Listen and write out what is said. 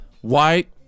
White